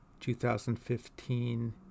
2015